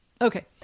Okay